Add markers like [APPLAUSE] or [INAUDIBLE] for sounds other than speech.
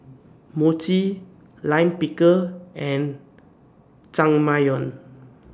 Mochi Lime Pickle and [UNINTELLIGIBLE]